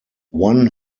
one